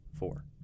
Four